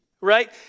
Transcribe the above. right